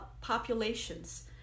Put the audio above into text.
populations